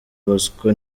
bosco